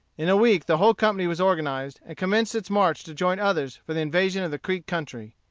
in a week the whole company was organized, and commenced its march to join others for the invasion of the creek country.